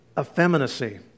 effeminacy